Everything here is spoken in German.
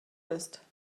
ist